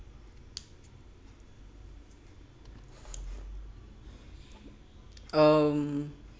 um